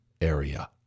area